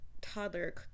toddler